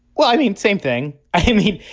well, i mean, same thing. i mean,